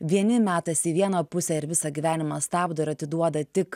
vieni metasi į vieną pusę ir visą gyvenimą stabdo ir atiduoda tik